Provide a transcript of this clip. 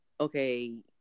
okay